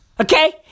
okay